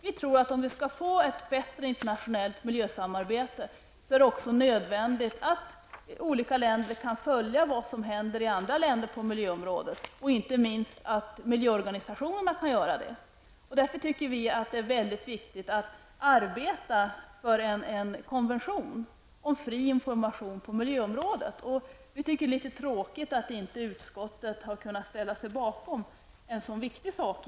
Vi tror att om vi skall få ett bättre internationellt miljöarbete är det nödvändigt att olika länder kan följa vad som händer i andra länder på miljöområdet, inte minst att miljöorganisationerna kan göra det. Därför tycker vi att det är väldigt viktigt att arbeta för en konvention om fri information på miljöområdet. Vi tycker att det är litet tråkigt att inte utskottet har kunnat ställa sig bakom en så viktig sak.